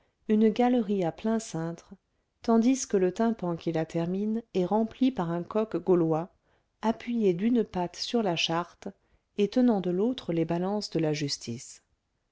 une galerie à plein cintre tandis que le tympan qui la termine est rempli par un coq gaulois appuyé d'une patte sur la charte et tenant de l'autre les balances de la justice